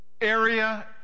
area